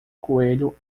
coelho